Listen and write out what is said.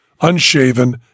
unshaven